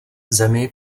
zemi